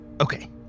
Okay